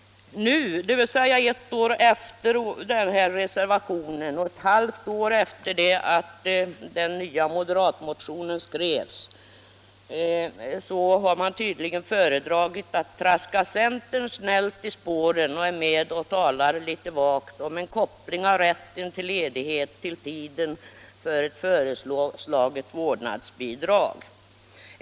Nu, dvs. ett år efter denna reservation och ett halvt år efter det att den nya moderatreservationen skrevs, har man tydligen föredragit att traska centern snällt i spåren och tala litet vagt om en koppling av rätten till ledighet till tiden för ett föreslaget vårdnadsbidrag.